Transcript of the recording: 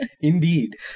Indeed